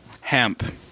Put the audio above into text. hemp